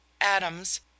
adams